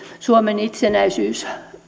suomen itsenäisyyden